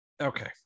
Okay